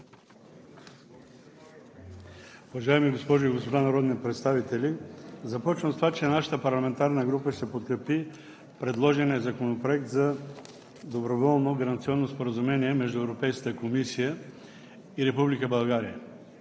Уважаеми госпожи и господа народни представители! Започвам с това, че нашата парламентарна група ще подкрепи предложения Законопроект за Доброволното гаранционно споразумение между Европейската комисия и Република България.